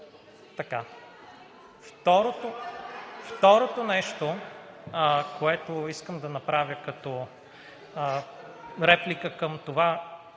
Второто нещо, което искам да направя като реплика, е към това